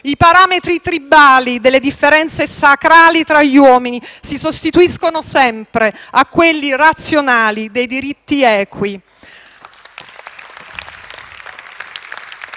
i parametri tribali delle differenze sacrali tra gli uomini si sostituiscono sempre a quelli razionali dei diritti equi.